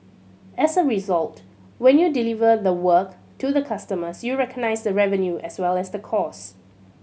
as a result when you deliver the work to the customers you recognise the revenue as well as the cost